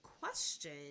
question